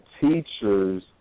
teachers